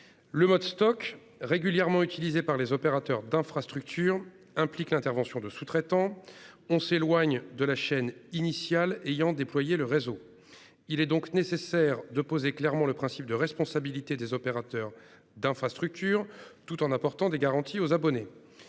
Le mode Stoc, régulièrement utilisé par les opérateurs d'infrastructure, implique l'intervention de sous-traitants, de sorte que l'on s'éloigne de la chaîne initiale ayant déployé le réseau. Il est donc nécessaire de poser clairement le principe de responsabilité des opérateurs d'infrastructure tout en apportant des garanties aux abonnés.